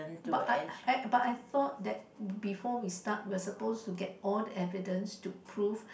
but I I but I thought that before we start we've suppose to get all the evidence to prove